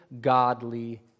godly